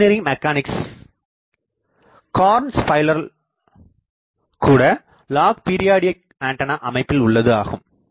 engineering mechanics கார்னு ஸ்பைரல்கூட log periodic அமைப்பில் உள்ளது ஆகும்